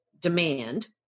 demand